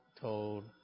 told